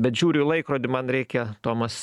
bet žiūriu į laikrodį man reikia tomas